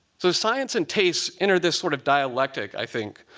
so science and tastes entered this sort of dialectic, i think.